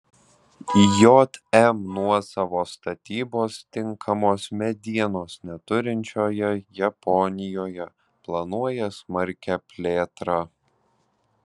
jm nuosavos statybos tinkamos medienos neturinčioje japonijoje planuoja smarkią plėtrą